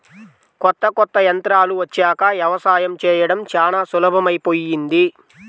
కొత్త కొత్త యంత్రాలు వచ్చాక యవసాయం చేయడం చానా సులభమైపొయ్యింది